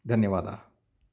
धन्यवादाः